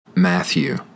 Matthew